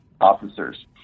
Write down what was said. officers